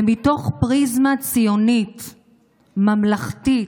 ומתוך פריזמה ציונית ממלכתית,